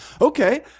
Okay